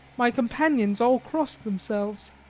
my companions all crossed themselves.